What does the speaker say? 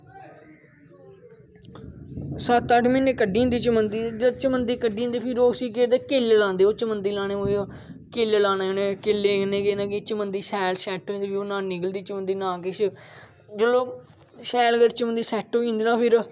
सत्त अट्ठ म्हीने कड्ढी जंदी चमुदी चमुदी कड्ढी जंदी फिर ओह् उसी केह् करदे किल्ल लांदे चमुदी लाने मौके किल्ल लाने किल्लें कन्नै के कि चमुदी शैल सैट्ट होई जंदी फिर ओह् नेईं निकलदी चमुदी ना किश जो लोक शैल करियै चमुदी सैट्ट होई जंदी ना फिर